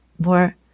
more